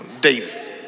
Days